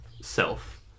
self